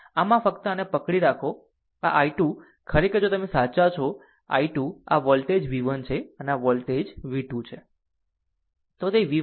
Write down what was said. આમ આ ફક્ત આને પકડી રાખો આ i 2 ખરેખર જો તમે સાચા છો i 2 આ વોલ્ટેજ v 1 છે આ વોલ્ટેજ v 2 છે